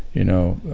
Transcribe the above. you know,